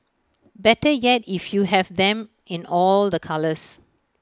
better yet if you have them in all the colours